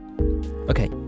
Okay